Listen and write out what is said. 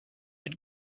had